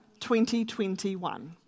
2021